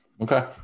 Okay